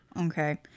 Okay